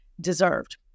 deserved